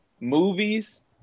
movies